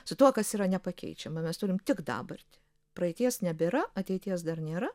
su tuo kas yra nepakeičiama mes turim tik dabartį praeities nebėra ateities dar nėra